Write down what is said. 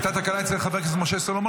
הייתה תקלה אצל חבר הכנסת משה סולומון,